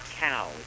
cows